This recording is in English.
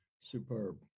superb